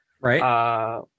right